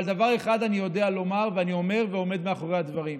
אבל דבר אחד אני יודע לומר ואני אומר ועומד מאחורי הדברים: